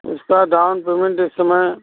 इसका down payment इस समय